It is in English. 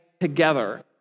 together